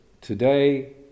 today